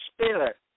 Spirit